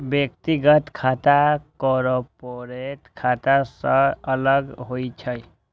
व्यक्तिगत खाता कॉरपोरेट खाता सं अलग होइ छै